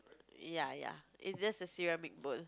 ya ya it's just a ceramic bowl